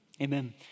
Amen